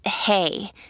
hey